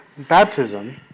Baptism